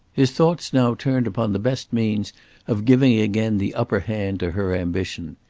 his thoughts now turned upon the best means of giving again the upper hand to her ambition.